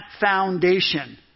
foundation